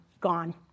Gone